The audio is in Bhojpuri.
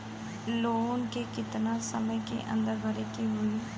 लोन के कितना समय के अंदर भरे के होई?